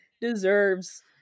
deserves